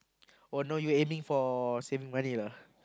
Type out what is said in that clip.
oh now you aiming for saving money lah